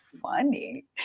funny